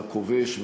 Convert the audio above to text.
הכובש,